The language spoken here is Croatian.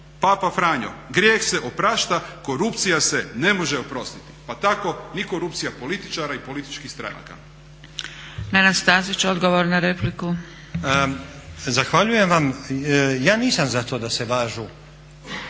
Papa Franjo: "Grijeh se oprašta, korupcija se ne može oprostiti.". Pa tako ni korupcija političara i političkih stranaka.